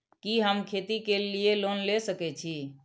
कि हम खेती के लिऐ लोन ले सके छी?